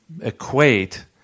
Equate